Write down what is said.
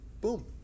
boom